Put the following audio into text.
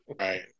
Right